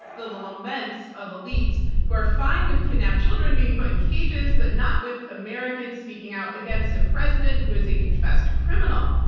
so the laments of elites who are fine with kidnapped children being put in cages, but not with americans speaking out against a president who is a confessed criminal.